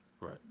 Right